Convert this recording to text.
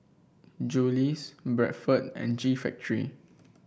Julie's Bradford and G Factory